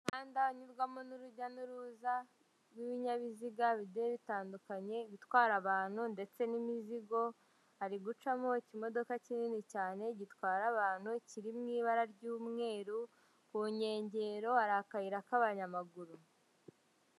Imihanda inyurwamo n'urujya n'uruza rw'ibinyabiziga bigenda bitandukanye, bitwara abantu ndetse n'imizigo hari gucamo ikimodoka kinini cyane gitwara abantu kiri mu ibara ry'umweru ku nkengero hari akayira k'abanyamaguru.